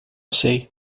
sei